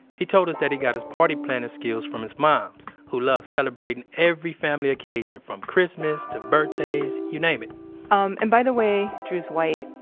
he told us that he got his party planning skills from his moms who love celebrating every family occasion from christmas to birthdays, you name it um, and by the way, drew's white,